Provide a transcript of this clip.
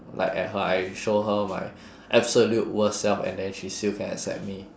like at her I show her my absolute worst self and then she still can accept me